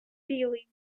білий